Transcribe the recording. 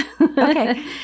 Okay